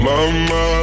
Mama